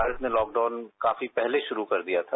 भारत ने लॉकडाउन काफी पहले शुरू कर दिया था